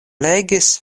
legis